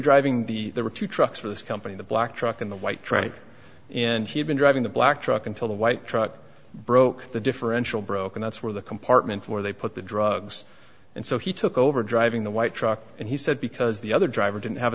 driving the there were two trucks for this company the black truck in the white tripe and he had been driving the black truck until the white truck broke the differential broke and that's where the compartment where they put the drugs and so he took over driving the white truck and he said because the other driver didn't have